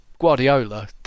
Guardiola